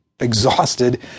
exhausted